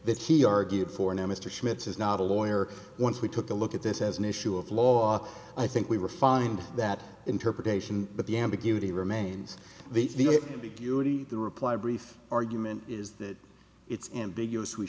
that he argued for now mr schmitz is not a lawyer once we took a look at this as an issue of law i think we refined that interpretation but the ambiguity remains the the reply brief argument is that it's ambiguous w